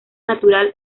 natural